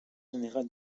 général